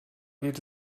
geht